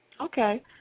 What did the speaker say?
Okay